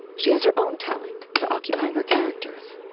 she has her own talent for occupying her characters.